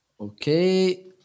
Okay